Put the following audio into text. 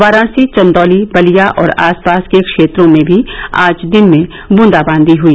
वाराणसी चंदौली बलिया और आसपास के क्षेत्रों में भी आज दिन में बूंदाबांदी हुई